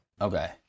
Okay